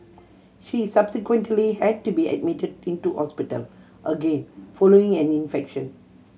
she subsequently had to be admitted into hospital again following an infection